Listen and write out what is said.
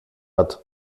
hat